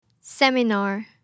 Seminar